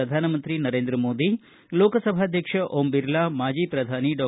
ಪ್ರಧಾನಮಂತ್ರಿ ನರೇಂದ್ರ ಮೋದಿ ಲೋಕಸಭಾಧ್ಯಕ್ಷ ಓಂ ಬಿರ್ಲಾ ಮಾಜಿ ಪ್ರಧಾನಿ ಡಾ